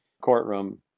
courtroom